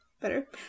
better